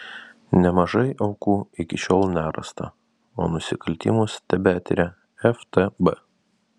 nemažai aukų iki šiol nerasta o nusikaltimus tebetiria ftb